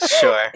sure